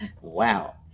Wow